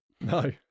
No